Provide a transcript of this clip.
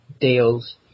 deals